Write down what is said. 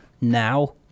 now